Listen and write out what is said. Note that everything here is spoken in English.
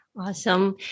Awesome